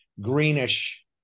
greenish